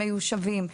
המיושבים,